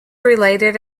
related